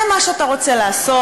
זה מה שאתה רוצה לעשות.